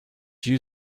you